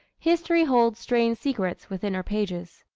history holds strange secrets within her pages.